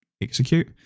execute